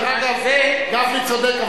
דרך אגב, גפני צודק.